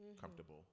comfortable